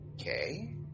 Okay